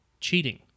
cheating